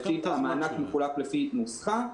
המענק מחולק לפי נוסחה,